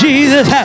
Jesus